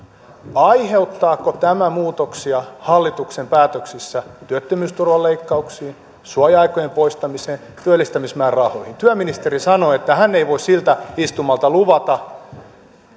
aiheuttaako tämä muutoksia hallituksen päätöksissä työttömyysturvan leikkauksiin suoja aikojen poistamiseen työllistämismäärärahoihin työministeri sanoi että hän ei voi siltä istumalta luvata